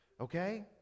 Okay